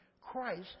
Christ